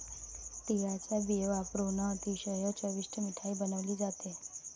तिळाचा बिया वापरुन अतिशय चविष्ट मिठाई बनवली जाते